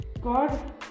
God